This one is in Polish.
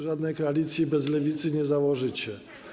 Żadnej koalicji bez Lewicy nie założycie.